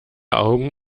augen